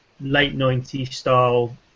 late-90s-style